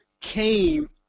came